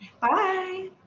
bye